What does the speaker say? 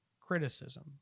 criticism